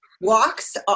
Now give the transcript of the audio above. walks